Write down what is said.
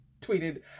tweeted